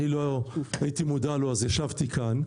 אני לא הייתי מודע לו אז ישבתי כאן,